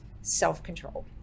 self-control